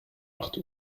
acht